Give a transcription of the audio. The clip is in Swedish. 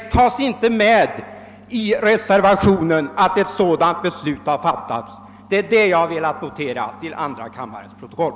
Den saken har inte tagits med i reservationen; där nämns inte att ett sådant beslut har fattats. Det är den saken jag har velat notera till kammarens protokoll.